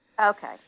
Okay